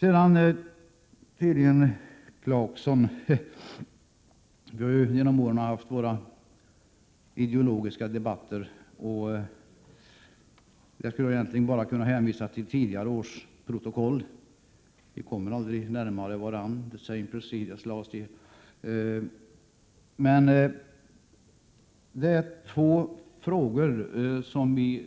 Rolf Clarkson och jag har genom åren haft våra ideologiska debatter. Jag skulle egentligen bara kunna hänvisa till tidigare års protokoll — vi kommer aldrig närmare varandra. Det är ett par frågor där vi